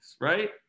right